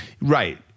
Right